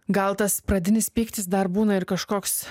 gal tas pradinis pyktis dar būna ir kažkoks